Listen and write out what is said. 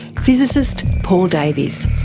physicist paul davies.